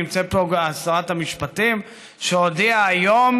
נמצאת פה שרת המשפטים, שהודיעה היום